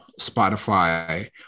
Spotify